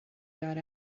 got